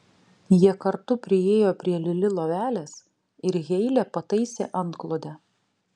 jie kartu priėjo prie lili lovelės ir heilė pataisė antklodę